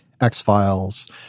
X-Files